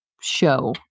show